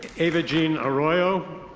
eva-jean arroyo.